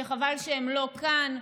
וחבל שהם לא כאן.